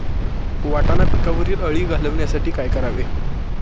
वाटाणा पिकावरील अळी घालवण्यासाठी काय करावे?